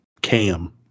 cam